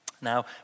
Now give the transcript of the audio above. Now